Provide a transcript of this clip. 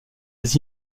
des